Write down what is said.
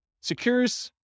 secures